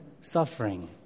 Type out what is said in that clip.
suffering